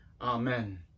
Amen